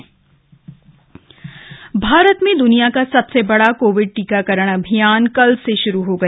Covid टीकाकरण भारत में दुनिया का सबसे बड़ा कोविड टीकाकरण अभियान कल से शुरू हो गया